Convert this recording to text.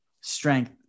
strength